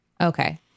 Okay